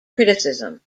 criticism